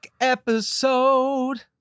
episode